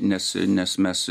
nes nes mes